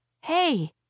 Hey